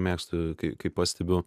mėgstu kai kai pastebiu